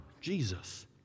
Jesus